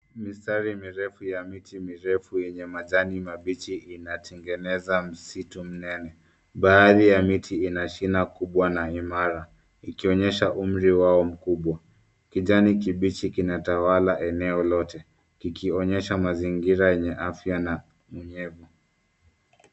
Mistari mirefu ya miti mirefu yenye majani mabichi inatengeneza msitu mnene. Baadhi ya miti ina shina kubwa na imara ikionyesha umri wao mkubwa. Kijani kibichi kinatawala eneo lote kikionyesha mazingira yenye afya na unyevu.